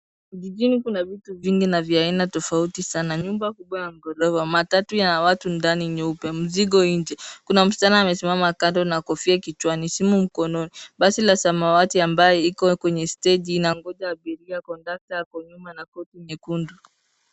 Jijini kuna vitu vingi na vya aina tofauti sana nyumba kubwa ya gorofa matatu ya watu ndani nyeupe mzigo nje kuna msichana amesimama kando na kofia kichwani simu mkononi basi la samawati ambaye iko kwenye steji l ikingoja abiria kondakta ako nyuma na koti nyekundu.